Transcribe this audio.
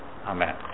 amen